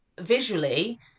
visually